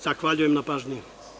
Zahvaljujem na pažnji.